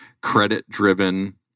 credit-driven